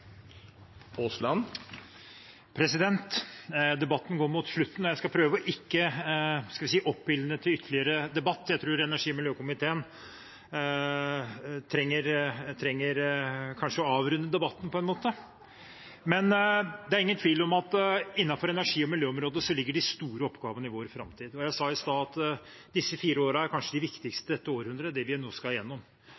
Debatten går mot slutten, og jeg skal prøve å ikke oppildne til ytterligere debatt. Jeg tror kanskje energi- og miljøkomiteen trenger å avrunde debatten på en måte. Det er ingen tvil om at de store oppgavene i vår framtid ligger innenfor energi- og miljøområdet. Jeg sa i sted at disse fire årene kanskje er de